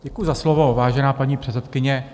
Děkuji za slovo, vážená paní předsedkyně.